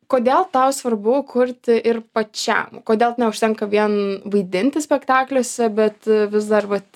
kodėl tau svarbu kurti ir pačiam kodėl neužtenka vien vaidinti spektakliuose bet vis dar vat